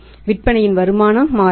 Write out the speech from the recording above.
விற்பனையின் வருமானம் மாறாது